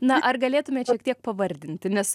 na ar galėtumėt šiek tiek pavardinti nes